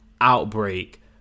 outbreak